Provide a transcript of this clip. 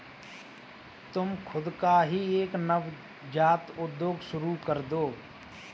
तुम खुद का ही एक नवजात उद्योग शुरू करदो